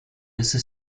ese